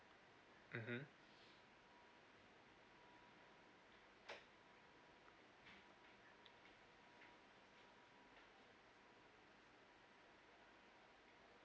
mmhmm